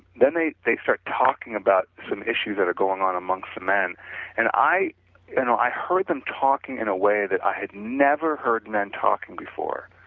then they they started talking about some issues that are going on amongst the men and i you know i heard them talking in a way that i had never heard men talking before.